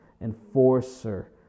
enforcer